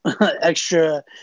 extra